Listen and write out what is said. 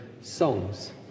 songs